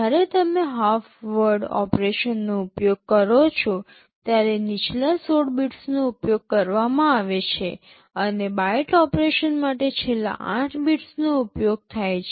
જ્યારે તમે half word ઑપરેશનનો ઉપયોગ કરો છો ત્યારે નીચલા ૧૬ બિટ્સનો ઉપયોગ કરવામાં આવે છે અને બાઇટ ઑપરેશન માટે છેલ્લા ૮ બિટ્સનો ઉપયોગ થાય છે